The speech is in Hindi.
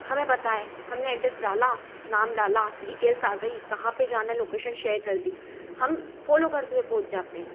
हमें पता है हमने ऐड्रेस डाला नाम डाला डिटेल्स आ गई कहाँ पर जाना लॉकेशन शेयर कर दी हम फॉलो करते हुए पहुँच जाते हैं